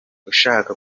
ushaka